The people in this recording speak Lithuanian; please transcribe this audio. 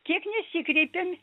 kiek nesikreipėm